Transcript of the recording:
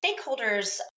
Stakeholders